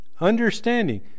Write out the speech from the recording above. Understanding